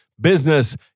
business